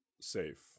Safe